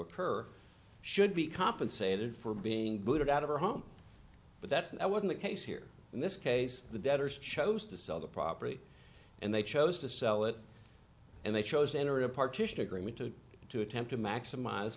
occur should be compensated for being booted out of her home but that's that wasn't the case here in this case the debtors chose to sell the property and they chose to sell it and they chose to enter a partition agreement to to attempt to maximize